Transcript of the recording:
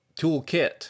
toolkit